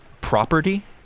property